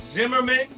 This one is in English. Zimmerman